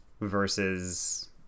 versus